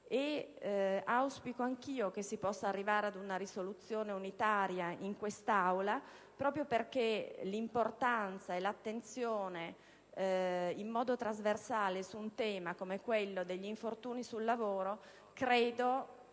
e auspico anch'io che si possa arrivare in quest'Aula a una risoluzione unitaria, proprio perché l'importanza e l'attenzione in modo trasversale su un tema come quello degli infortuni sul lavoro devono